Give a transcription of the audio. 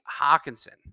Hawkinson